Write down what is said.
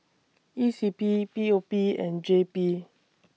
E C P P O P and J P